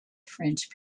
french